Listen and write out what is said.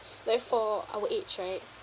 like for our age right